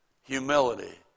humility